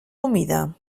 humida